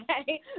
Okay